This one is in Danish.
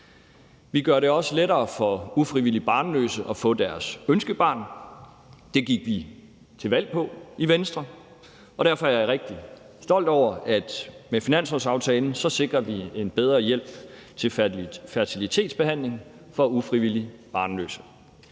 Vi gør det også lettere for ufrivilligt barnløse at få deres ønskebarn. Det gik vi til valg på i Venstre, og derfor er jeg rigtig stolt over, at vi med finanslovsaftalen sikrer en bedre hjælp til fertilitetsbehandling for ufrivilligt barnløse.